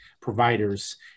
providers